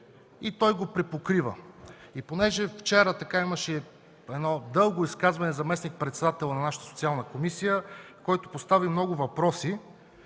и го припокрива. Понеже вчера имаше дълго изказване на заместник-председателя на нашата Социална комисия, който постави много въпроси,